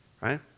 Right